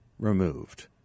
Removed